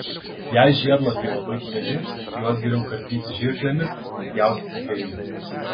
jei žiedlapiai labai dideli juos geriau karpyti žirklėmis nei pjaustyti peiliu